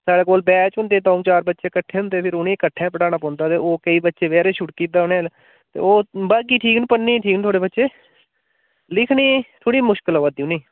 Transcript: साढ़ै कोल बैच होंदे द'ऊ चार बच्चे कट्ठे होंदे ते फिर उनेंगी कट्ठा पढ़ाना पौंदा ओह् केईं बच्चे बचैरे छुड़की जंदे उ'नेंगी ते ओह् बाकी ठीक न पढ़ने ठीक न थुहाढ़े बच्चे लिखने थोह्ड़ी मुश्कल आवै दी उ'नेंगी